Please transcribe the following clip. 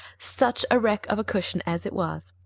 such a wreck of a cushion as it was!